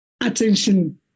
attention